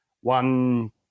one